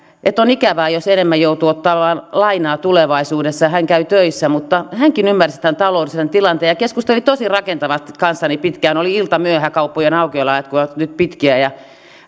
että on ikävää jos enemmän joutuu ottamaan lainaa tulevaisuudessa hän käy töissä mutta hänkin ymmärsi tämän taloudellisen tilanteen ja keskusteli tosi rakentavasti kanssani pitkään oli iltamyöhä kauppojen aukioloajat kun ovat nyt pitkiä ja